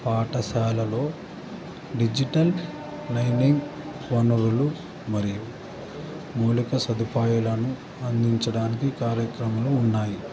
పాఠశాలల్లో digital learning వనురులు మరియు మౌలిక సదుపాయలను అందించడానికి కార్యక్రమాలు ఉన్నాయి